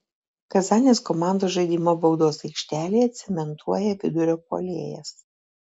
kazanės komandos žaidimą baudos aikštelėje cementuoja vidurio puolėjas